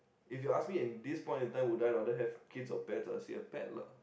if you ask me in this point in time would I rather have kids or pets I would say a pet lah